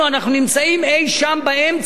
אנחנו נמצאים אי-שם באמצע,